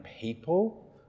people